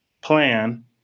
plan